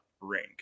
Ring